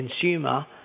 consumer